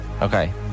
okay